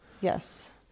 Yes